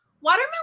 watermelon